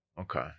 Okay